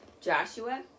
Joshua